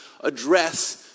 address